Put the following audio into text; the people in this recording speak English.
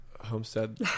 homestead